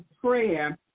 Prayer